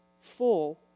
full